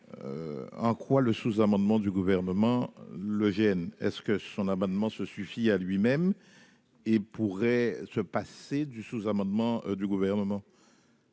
En quoi le sous-amendement du Gouvernement le gêne-t-il ? Son amendement se suffit-il en lui-même ? Pourrait-il se passer du sous-amendement du Gouvernement ?